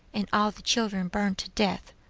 and all the children burned to death!